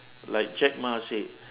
like jack ma said